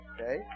Okay